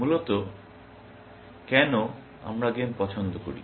মূলত কেন আমরা গেম পছন্দ করি